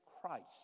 Christ